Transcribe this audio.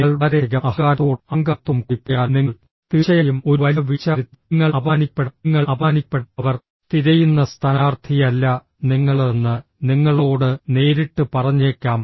നിങ്ങൾ വളരെയധികം അഹങ്കാരത്തോടും അഹങ്കാരത്തോടും കൂടി പോയാൽ നിങ്ങൾ തീർച്ചയായും ഒരു വലിയ വീഴ്ച വരുത്തും നിങ്ങൾ അപമാനിക്കപ്പെടാം നിങ്ങൾ അപമാനിക്കപ്പെടാം അവർ തിരയുന്ന സ്ഥാനാർത്ഥിയല്ല നിങ്ങളെന്ന് നിങ്ങളോട് നേരിട്ട് പറഞ്ഞേക്കാം